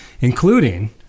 including